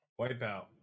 Wipeout